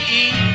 eat